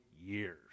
years